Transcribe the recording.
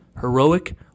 heroic